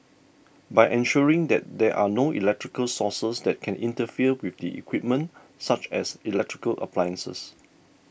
by ensuring that there are no electrical sources that can interfere with the equipment such as electrical appliances